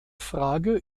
frage